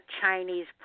Chinese